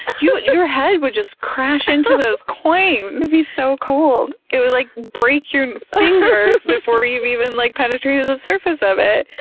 your your head would just crash into those coins! it would be so cold! it would like break your and fingers before you've even like penetrated the surface of it,